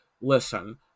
listen